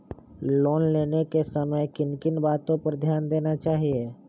Loan लेने के समय किन किन वातो पर ध्यान देना चाहिए?